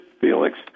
Felix